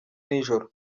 nijoro